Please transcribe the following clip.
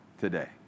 today